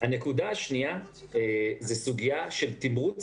הנקודה השנייה היא סוגיה של תמרוץ